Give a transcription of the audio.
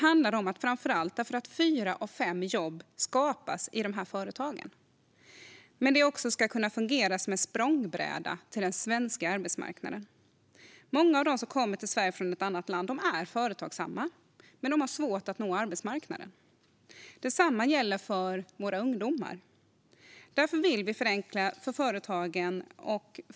Jo, framför allt därför att fyra av fem jobb skapas i dessa företag men också för att de fungerar som en språngbräda till den svenska arbetsmarknaden. Många som kommer till Sverige från ett annat land är företagsamma men har svårt att nå arbetsmarknaden. Detsamma gäller för våra ungdomar. Därför vill vi förenkla för företagen.